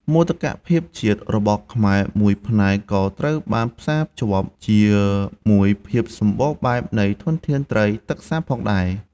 មោទកភាពជាតិ របស់ខ្មែរមួយផ្នែកក៏ត្រូវបានផ្សារភ្ជាប់ជាមួយភាពសម្បូរបែបនៃធនធានត្រីទឹកសាបផងដែរ។